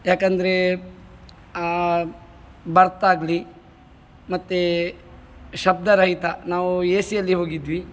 ಯಾಕಂದ್ರೆ ಆ ಬರ್ತಾಗಲಿ ಮತ್ತು ಶಬ್ದರಹಿತ ನಾವು ಎ ಸಿಯಲ್ಲಿ ಹೋಗಿದ್ವಿ